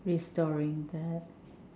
restoring that